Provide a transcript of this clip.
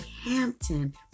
Hampton